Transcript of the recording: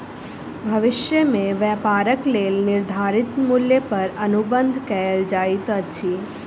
भविष्य में व्यापारक लेल निर्धारित मूल्य पर अनुबंध कएल जाइत अछि